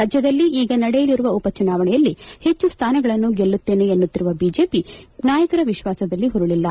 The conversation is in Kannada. ರಾಜ್ಯದಲ್ಲಿ ಈಗ ನಡೆಯಲಿರುವ ಉಪಚುನಾವಣೆಯಲ್ಲಿ ಹೆಚ್ಚು ಸ್ಥಾನಗಳನ್ನು ಗೆಲ್ಲುತ್ತೇವೆ ಎನ್ನುತ್ತಿರುವ ಬಿಜೆಪಿ ನಾಯಕರ ವಿಶ್ವಾಸದಲ್ಲಿ ಹುರುಳಿಲ್ಲ